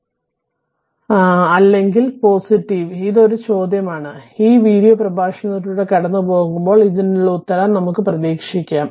അതിനാൽ അല്ലെങ്കിൽ ഇത് ഒരു ചോദ്യമാണ് ഈ വീഡിയോ പ്രഭാഷണത്തിലൂടെ കടന്നുപോകുമ്പോൾഇതിനുള്ള ഉത്തരം നമുക്ക് പ്രതീക്ഷിക്കാം